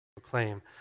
proclaim